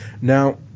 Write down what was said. now